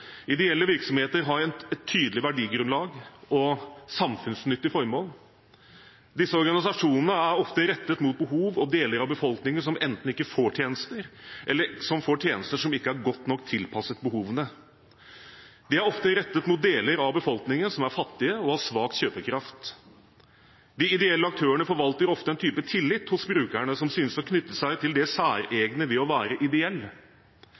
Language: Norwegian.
Ideelle virksomheter har et tydelig verdigrunnlag og et samfunnsnyttig formål. Disse organisasjonene er ofte rettet mot deler av befolkningen som enten ikke får tjenester, eller som får tjenester som ikke er godt nok tilpasset behovene deres. De er ofte rettet mot deler av befolkningen som er fattig, og som har svak kjøpekraft. De ideelle aktørene forvalter ofte en type tillit hos brukerne som synes å knytte seg til det særegne ved å være ideell.